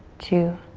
two,